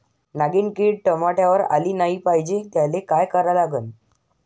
नागिन किड टमाट्यावर आली नाही पाहिजे त्याले काय करा लागन?